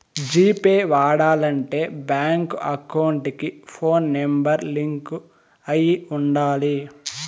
G Pay వాడాలంటే bank account కి phone number link అయి ఉండాలి